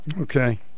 Okay